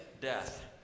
death